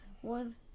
One